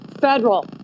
federal